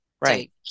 Right